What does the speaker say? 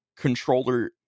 controller